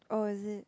oh is it